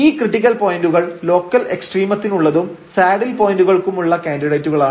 ഈ ക്രിട്ടിക്കൽ പോയന്റുകൾ ലോക്കൽ എക്സ്ട്രീമത്തിനുള്ളതും സാഡിൽ പോയന്റുകൾക്കുമുള്ള കാൻഡിഡേറ്റുകളാണ്